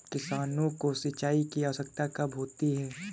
किसानों को सिंचाई की आवश्यकता कब होती है?